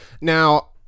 Now